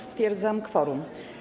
Stwierdzam kworum.